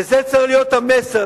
וזה צריך להיות המסר.